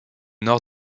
nord